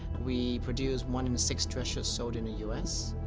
we produce one in six dress-shirts sold in the u s.